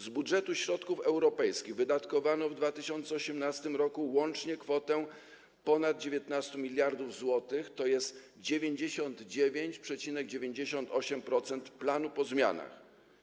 Z budżetu środków europejskich wydatkowano w 2018 r. łącznie kwotę ponad 19 mld zł, tj. 99,98% planu po zmianach.